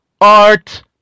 Art